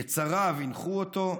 יצריו הנחו אותו,